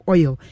Oil